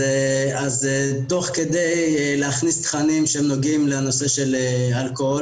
אז תוך כדי להכניס תכנים שהם נוגעים לנושא של אלכוהול